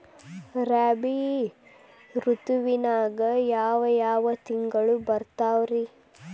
ರಾಬಿ ಋತುವಿನಾಗ ಯಾವ್ ಯಾವ್ ತಿಂಗಳು ಬರ್ತಾವ್ ರೇ?